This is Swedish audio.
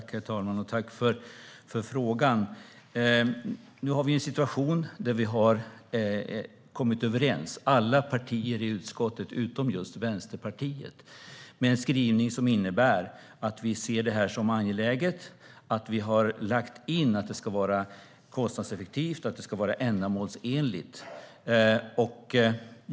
Herr talman! Tack för frågan! Vi har en situation där vi har kommit överens - alla partier i utskottet utom just Vänsterpartiet - om en skrivning som innebär att vi ser detta som angeläget. Vi har lagt in att det ska vara kostnadseffektivt och att det ska vara ändamålsenligt.